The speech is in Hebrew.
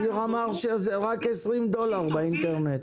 אביר אמר שזה רק 20 דולר באינטרנט.